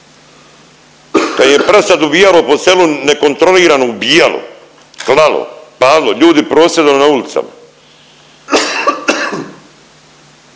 im je prasad ubijalo po selu nekontrolirano ubijalo, klalo, palilo. Ljudi prosvjedovali na ulicama.